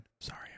Sorry